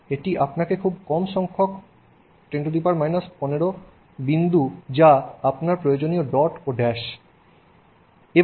এটি আপনার খুব কম সংখ্যক 1015 বিন্দু যা আপনার প্রয়োজনীয় ডট ও ড্যাশ dot dash